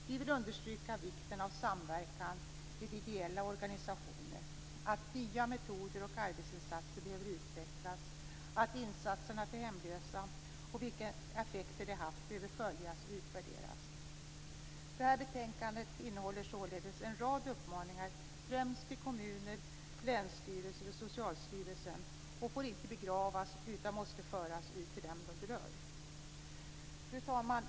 Vi vill understryka vikten av samverkan med ideella organisationer, att nya metoder och arbetsinsatser behöver utvecklas, att insatserna för hemlösa och vilka effekter de haft behöver följas och utvärderas. Detta betänkande innehåller således en rad uppmaningar, främst till kommuner och länsstyrelser samt till Socialstyrelsen. De får inte begravas utan måste föras ut till dem som de berör. Fru talman!